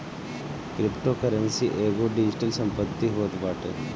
cryptocurrency एगो digital संपत्ति होत बाटे